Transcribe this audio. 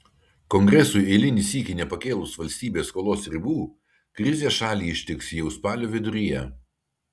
kongresui eilinį sykį nepakėlus valstybės skolos ribų krizė šalį ištiks jau spalio viduryje